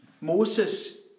Moses